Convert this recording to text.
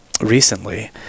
recently